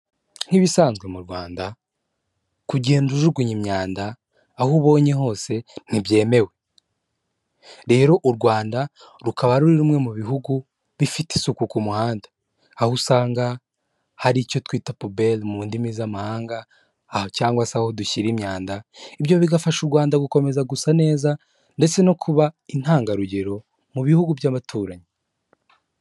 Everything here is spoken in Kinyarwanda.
Nk'ibisanzwe mu Rwanda kugenda ujugunya imyanda aho ubonye hose ntibyemewe. Rero u Rwanda rukaba ari rumwe mu bihugu bifite isuku ku muhanda. Aho usanga hari icyo twita pubere mu ndimi z'amahanga, aha cyangwa se aho dushyira imyanda, ibyo bigafasha u Rwanda gukomeza gusa neza ndetse no kuba intangarugero mu bihugu by'abaturanyi.